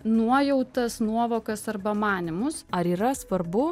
nuojautas nuovokas arba manymus ar yra svarbu